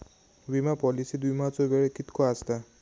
विमा पॉलिसीत विमाचो वेळ कीतको आसता?